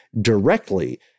directly